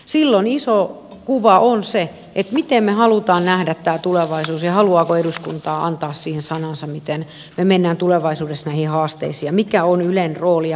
silloin iso kuva on se miten me haluamme nähdä tulevaisuuden ja haluaako eduskunta antaa sanansa siihen miten me menemme tulevaisuudessa näihin haasteisiin ja mikä on ylen rooli ja paikka tässä